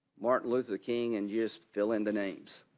martin luther king and just fill in the names.